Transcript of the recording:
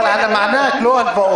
אבל על המענק, לא על הלוואות.